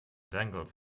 dangles